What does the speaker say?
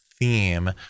theme